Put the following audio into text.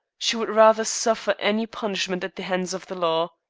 she would rather suffer any punishment at the hands of the law.